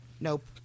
Nope